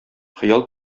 хыял